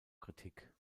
kritik